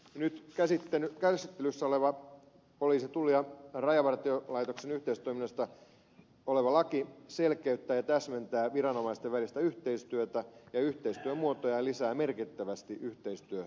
nyt käsittelyssä oleva poliisin tullin ja rajavartiolaitoksen yhteistoimintaa koskeva laki selkeyttää ja täsmentää viranomaisten välistä yhteistyötä ja yhteistyömuotoja ja lisää merkittävästi yhteistyömahdollisuuksia